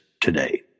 today